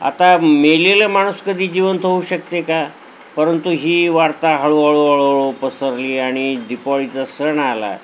आता मेलेलं माणूस कधी जिवंत होऊ शकते का परंतु ही वार्ता हळूहळू हळूहळू पसरली आणि दीपावलीचा सण आला